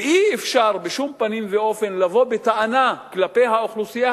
אי-אפשר בשום פנים ואופן לבוא בטענה כלפי האוכלוסייה